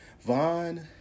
Vaughn